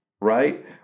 right